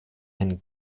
ein